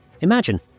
Imagine